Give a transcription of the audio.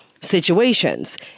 situations